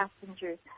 passengers